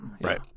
right